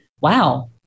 Wow